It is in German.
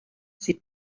sie